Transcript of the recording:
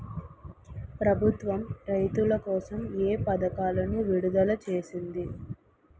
ప్రభుత్వం రైతుల కోసం ఏ పథకాలను విడుదల చేసింది?